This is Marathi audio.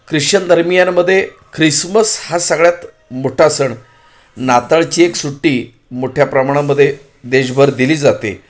ख्रिश्चन धर्मियांमध्ये ख्रिसमस हा सगळ्यात मोठा सण नातळची एक सुट्टी मोठ्या प्रमाणामध्ये देशभर दिली जाते